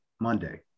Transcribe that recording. monday